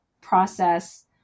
process